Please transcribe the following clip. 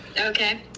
Okay